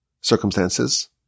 circumstances